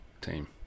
team